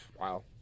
Wow